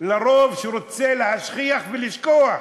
לרוב שרוצה להשכיח ולשכוח,